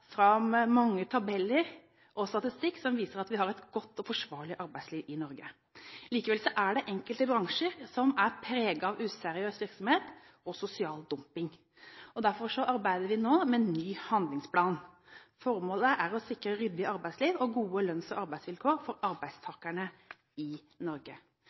fram mange tabeller og statistikk som viser at vi har et godt og forsvarlig arbeidsliv i Norge. Likevel er det enkelte bransjer som er preget av useriøs virksomhet og sosial dumping. Derfor arbeider vi nå med en ny handlingsplan. Formålet er å sikre ryddig arbeidsliv og gode lønns- og arbeidsvilkår for arbeidstakerne i Norge.